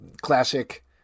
classic